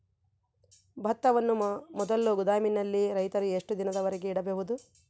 ಭತ್ತವನ್ನು ಮೊದಲು ಗೋದಾಮಿನಲ್ಲಿ ರೈತರು ಎಷ್ಟು ದಿನದವರೆಗೆ ಇಡಬಹುದು?